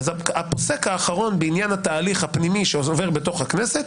הפוסק האחרון בעניין התהליך הפנימי שעובר בכנסת,